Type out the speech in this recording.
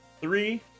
Three